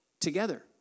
together